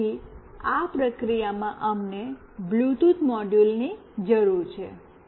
તેથી આ પ્રક્રિયામાં અમને બ્લૂટૂથ મોડ્યુલની જરૂર છે